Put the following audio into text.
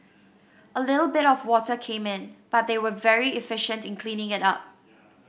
a little bit of water came in but they were very efficient in cleaning it up